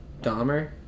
Dahmer